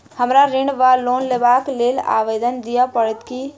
हमरा ऋण वा लोन लेबाक लेल आवेदन दिय पड़त की?